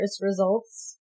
results